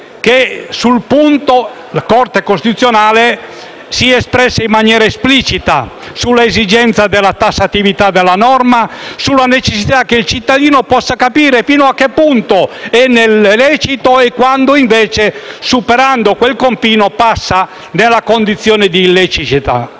e sul punto la Corte costituzionale si è espressa in maniera esplicita sull'esigenza della tassatività della norma, sulla necessità che il cittadino possa capire fino a che punto è lecito e quando invece, superando quel confine, passa nella condizione di illiceità.